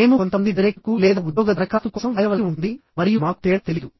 మేము కొంతమంది డైరెక్టర్కు లేదా ఉద్యోగ దరఖాస్తు కోసం వ్రాయవలసి ఉంటుంది మరియు మాకు తేడా తెలియదు